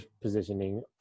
positioning